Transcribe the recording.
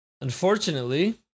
unfortunately